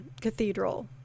cathedral